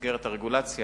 שבמסגרת הרגולציה